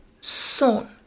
son